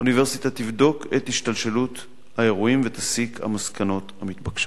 האוניברסיטה תבדוק את השתלשלות האירועים ותסיק המסקנות המתבקשות.